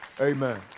Amen